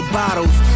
bottles